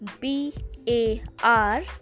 B-A-R